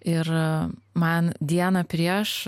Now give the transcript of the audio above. ir man dieną prieš